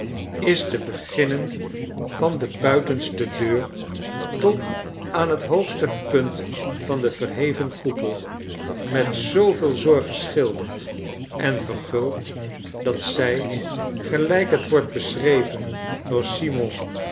is te beginnen van de buitenste deur tot aan het hoogste punt van den verheven koepel met zooveel zorg geschilderd en verguld dat zij